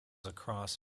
across